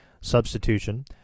substitution